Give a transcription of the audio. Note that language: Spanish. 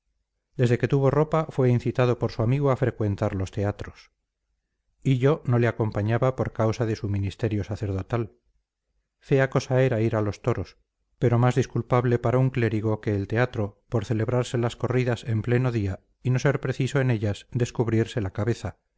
desde que tuvo ropa fue incitado por su amigo a frecuentar los teatros hillo no le acompañaba por causa de su ministerio sacerdotal fea cosa era ir a los toros pero más disculpable para un clérigo que el teatro por celebrarse las corridas en pleno día y no ser preciso en ellas descubrirse la cabeza